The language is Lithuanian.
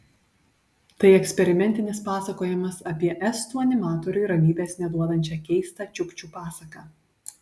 tai eksperimentinis pasakojimas apie estų animatoriui ramybės neduodančią keistą čiukčių pasaką